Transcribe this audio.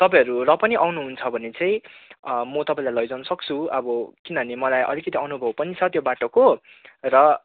तपाईँहरू र पनि आउनुहुन्छ भने चाहिँ म तपाईँलाई लैजानु सक्छु अब किनभने मलाई अलिकति अनुभव पनि छ त्यो बाटोको र